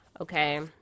Okay